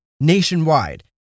nationwide